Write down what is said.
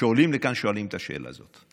לכאן שואלים את השאלה הזאת.